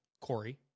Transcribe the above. Corey